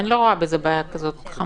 אני לא רואה בזה בעיה חמורה.